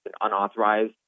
unauthorized